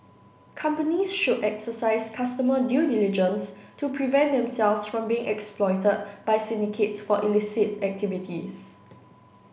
companies should exercise customer due diligence to prevent themselves from being exploited by syndicates for illicit activities